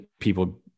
people